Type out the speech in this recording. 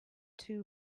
two